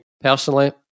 personally